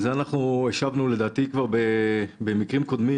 על זה השבנו לדעתי כבר במקרים קודמים.